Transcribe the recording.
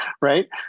Right